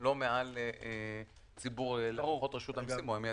לא מעל ציבור לקוחות רשות המיסים או המייצגים.